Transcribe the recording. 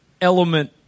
element